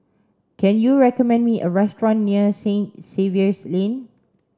can you recommend me a restaurant near Saint Xavier's Lane